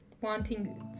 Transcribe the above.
wanting